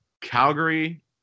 Calgary